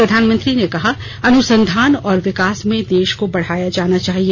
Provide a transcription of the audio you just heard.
प्रधानमंत्री ने कहा अनुसंधान और विकास में निवेश को बढ़ाया जाना चाहिए